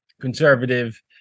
conservative